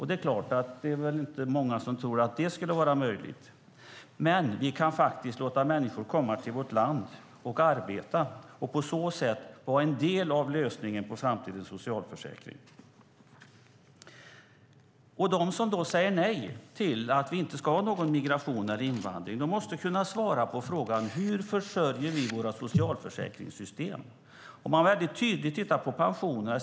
Det är klart att det inte är många som tror att det skulle vara möjligt, men vi kan faktiskt låta människor komma till vårt land och arbeta och på så sätt vara en del av lösningen när det gäller framtidens socialförsäkring. De som då säger att vi inte ska ha någon migration eller invandring måste kunna svara på frågan: Hur försörjer vi våra socialförsäkringssystem? Man kan titta på pensionerna.